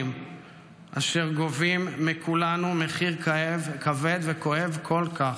אשר גובים מכולנו מחיר כבד וכואב כל כך.